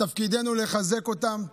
תפקידנו לחזק אותם,